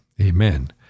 amen